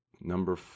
number